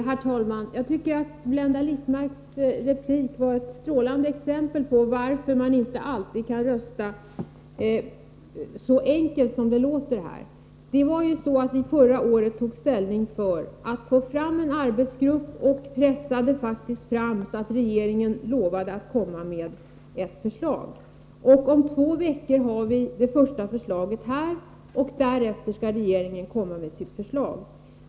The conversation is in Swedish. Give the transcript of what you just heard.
Herr talman! Jag tycker att Blenda Littmarcks replik på ett strålande sätt belyste varför det inte alltid är så enkelt att rösta som det låter här. Förra året försökte vi få fram en arbetsgrupp, och vi pressade på så att regeringen faktiskt lovade att komma med ett förslag. Om två veckor har vi det första förslaget, och därefter skall regeringen lägga fram sitt förslag.